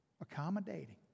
Accommodating